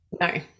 No